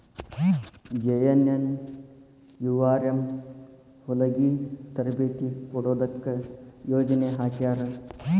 JNNURM ಹೊಲಗಿ ತರಬೇತಿ ಕೊಡೊದಕ್ಕ ಯೊಜನೆ ಹಾಕ್ಯಾರ